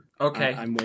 Okay